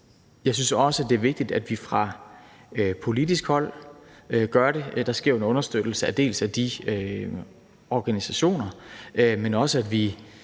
Jeg synes også, det er vigtigt, at vi fra politisk hold gør det. Der sker jo en understøttelse af de organisationer, men det